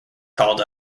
called